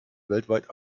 weltweit